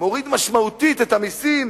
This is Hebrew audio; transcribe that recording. מוריד משמעותית את המסים,